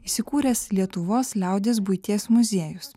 įsikūręs lietuvos liaudies buities muziejus